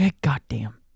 Goddamn